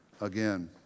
again